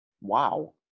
Wow